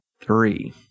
Three